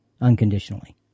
unconditionally